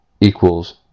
equals